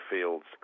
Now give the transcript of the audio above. fields